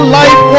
life